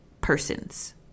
persons